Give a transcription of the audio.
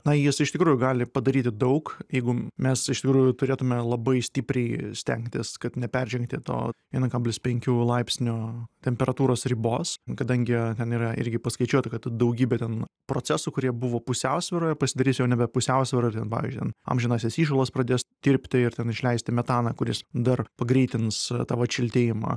na jis iš tikrųjų gali padaryti daug jeigu mes iš tikrųjų turėtume labai stipriai stengtis kad neperžengti to vieno kablis penkių laipsnio temperatūros ribos kadangi ten yra irgi paskaičiuota kad daugybė ten procesų kurie buvo pusiausvyroje pasidarys jau nebe pusiausvyroj ir ten pavyzdžiui ten amžinasis įšalas pradės tirpti ir ten išleisti metaną kuris dar pagreitins tą vat šiltėjimą